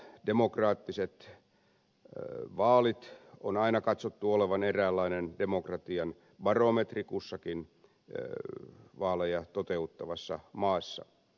vapaiden demokraattisten vaa lien on aina katsottu olevan eräänlainen demokratian barometri kussakin vaaleja toteuttavassa maassa